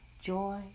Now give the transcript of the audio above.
joy